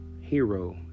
Hero